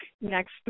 next